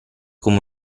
come